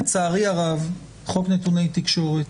לצערי הרב, חוק נתוני תקשורת